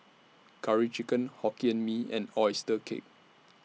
Curry Chicken Hokkien Mee and Oyster Cake